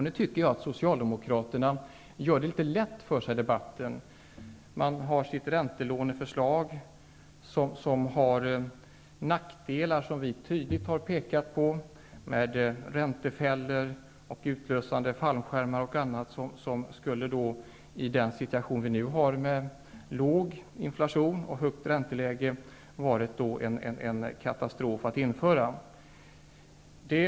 Nu tycker jag att socialdemokraterna gör det litet lätt för sig i debatten. Deras räntelåneförslag har nackdelar som vi tydligt har pekat på. Med dess räntefällor och utlösande fallskärmar skulle det, i den situation som vi har nu, med låg inflation och högt ränteläge, ha varit en katastrof att införa det.